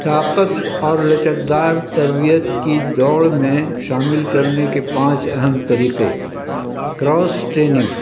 طاقت اور لچک دار تربیت کی دوڑ میں شامل کرنے کے پانچ اہم طریقے کراس ٹریننگ